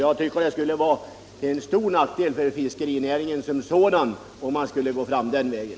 Jag tycket att det skulle vara till stor nackdel för fiskerinäringen som sådan, om man valde att gå den vägen.